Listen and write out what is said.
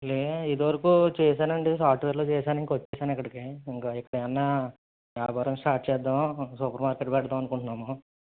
లేదండి ఇది వరకు చేసానండి సాఫ్ట్వేర్లో చేసాను ఇంక వచ్చేసాను ఇక్కడికి ఇంకా ఇక్కడ ఏమన్నా వ్యాపారం స్టార్ట్ చేద్దాము సూపర్మార్కెట్ పెడదాం అనుకుంటున్నాను